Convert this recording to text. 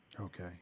Okay